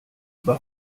war